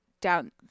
down